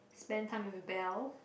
spend time with Belle